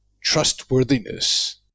trustworthiness